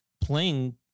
playing